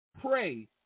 Pray